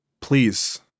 Please